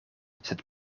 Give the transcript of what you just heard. sed